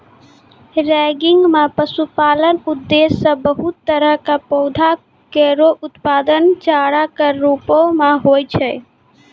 ranking म पशुपालन उद्देश्य सें बहुत तरह क पौधा केरो उत्पादन चारा कॅ रूपो म होय छै